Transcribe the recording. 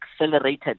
accelerated